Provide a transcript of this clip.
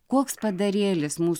koks padarėlis mūs